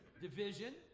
Division